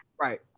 right